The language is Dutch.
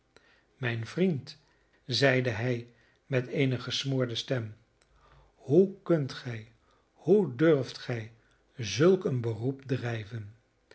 mijn vriend zeide hij met eene gesmoorde stem hoe kunt gij hoe durft gij zulk een beroep drijven